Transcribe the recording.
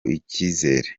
icizere